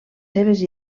seves